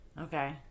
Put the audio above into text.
Okay